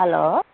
hello